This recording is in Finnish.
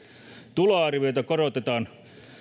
tuloarvioita korotetaan